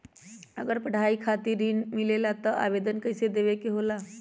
अगर पढ़ाई खातीर ऋण मिले ला त आवेदन कईसे देवे के होला?